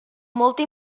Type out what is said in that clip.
molta